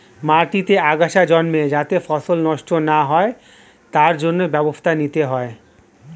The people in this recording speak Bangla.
মাটিতে আগাছা জন্মে যাতে ফসল নষ্ট না হয় তার জন্য ব্যবস্থা নিতে হয়